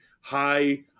high